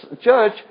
church